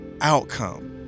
outcome